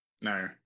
No